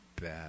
bad